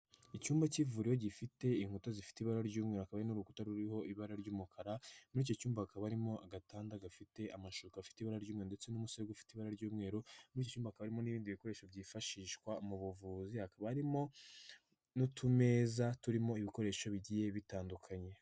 Icyumba k'ivuriro gifite inkuta zifite ibara ry'umweru hakaba hari n'urukuta ruriho ibara ry'umukara, muri icyo cyumba akaba harimo agatanda gafite amashuka afite ibara ry'umweru ndetse n'umusego ufite ibara ry'umweru, muri icyo cyumba hakaba harimo n'ibindi bikoresho byifashishwa mu buvuzi, hakaba harimo n'utumeza turimo ibikoresho bigiye bitandukanye.